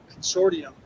consortium